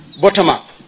bottom-up